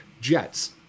Jets